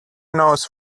knows